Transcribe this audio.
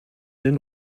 den